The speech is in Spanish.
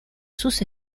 sus